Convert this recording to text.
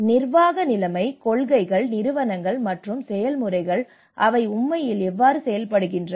நிர்வாக நிலைமை கொள்கைகள் நிறுவனங்கள் மற்றும் செயல்முறைகள் அவை உண்மையில் எவ்வாறு செயல்படுகின்றன